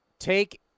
Take